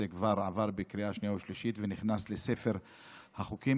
כבר עבר בקריאה שנייה ושלישית ונכנס לספר החוקים.